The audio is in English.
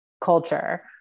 culture